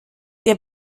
der